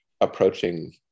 approaching